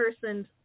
person's